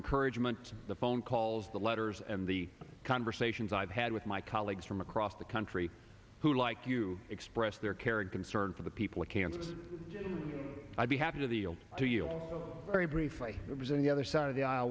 encouragement the phone calls the letters and the conversations i've had with my colleagues from across the country who like you express their character and certain for the people of kansas i'd be happy to the old to you very briefly i was in the other side of the